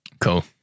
Cool